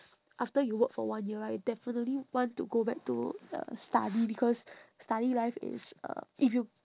after you work for one year right definitely want to go back to uh study because study life is uh if you